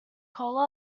cola